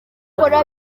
akora